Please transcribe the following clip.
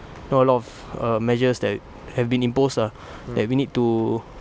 got a lot of err measures that have been imposed ah that we need to